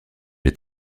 est